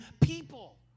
people